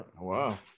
Wow